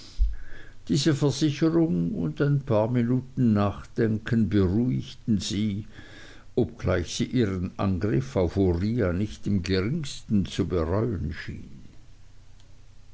diese versicherung und ein paar minuten nachdenken beruhigten sie obschon sie ihren angriff auf uriah nicht im geringsten zu bereuen schien